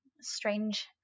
strange